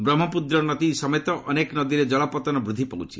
ବ୍ରହ୍ମପୁତ୍ର ନଦୀ ସମେତ ଅନେକ ନଦୀରେ ଜଳପତନ ବୃଦ୍ଧି ପାଉଛି